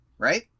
Right